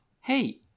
hey